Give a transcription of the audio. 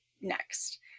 next